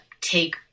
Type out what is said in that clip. take